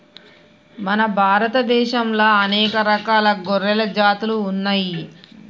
మన భారత దేశంలా అనేక రకాల గొర్రెల జాతులు ఉన్నయ్యి